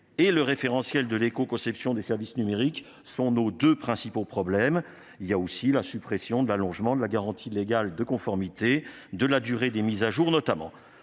et le référentiel de l'écoconception des services numériques sont nos deux principaux problèmes, sans oublier la suppression de l'allongement de la garantie légale de conformité de la durée des mises à jour.